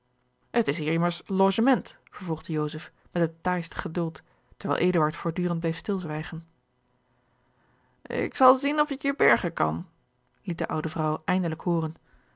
het is hier immers logement vervolgde joseph met het taaiste geduld terwijl eduard voordurend bleef stilzwijgen ik zal zien of ik je bergen kan liet de oude vrouw eindelijk hooren